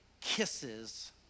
kisses